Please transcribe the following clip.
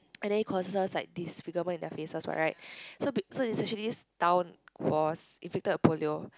and then it causes like disfigurement in their faces [what] right so be~ so this actually this town was inflicted with Polio